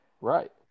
right